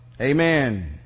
Amen